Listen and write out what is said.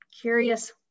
curious